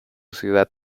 ciudad